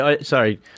Sorry